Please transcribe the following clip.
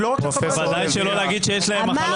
תארו לכם שיהיה חבר